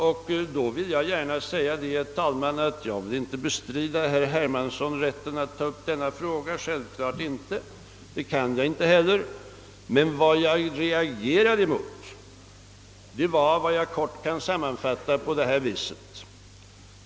Och då vill jag gärna säga, herr talman, att jag självfallet inte bestrider herr Hermanssons rätt att ta upp denna fråga — det kan jag inte heller. Men jag kan sammanfatta vad jag reagerar mot på följande sätt.